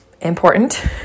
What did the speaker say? important